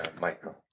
Michael